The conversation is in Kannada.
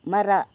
ಮರ